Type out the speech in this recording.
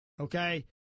Okay